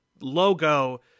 logo